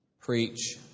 preach